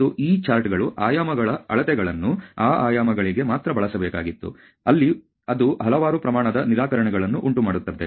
ಮತ್ತು ಈ ಚಾರ್ಟ್ಗಳು ಆಯಾಮಗಳ ಅಳತೆಗಳನ್ನು ಆ ಆಯಾಮಗಳಿಗೆ ಮಾತ್ರ ಬಳಸಬೇಕಾಗಿತ್ತು ಅಲ್ಲಿ ಅದು ಹಲವಾರು ಪ್ರಮಾಣದ ನಿರಾಕರಣೆಗಳನ್ನು ಉಂಟುಮಾಡುತ್ತದೆ